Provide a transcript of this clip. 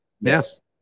Yes